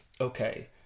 okay